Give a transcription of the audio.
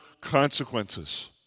consequences